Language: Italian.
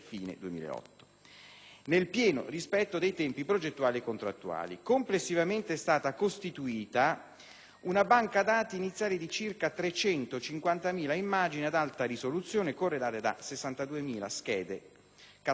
nel pieno rispetto dei tempi progettuali e contrattuali. Complessivamente è stata costituita una banca-dati iniziale di circa 350.000 immagini ad alta risoluzione, corredate da 62.000 schede catalografiche.